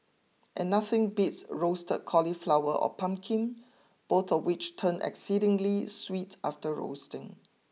and nothing beats Roasted Cauliflower or pumpkin both of which turn exceedingly sweet after roasting